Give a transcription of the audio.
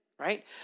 Right